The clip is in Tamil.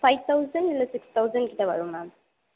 ஃபைவ் தௌசண்ட் இல்லை சிக்ஸ் தௌசண்ட் கிட்டே வரும் மேம்